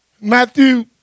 Matthew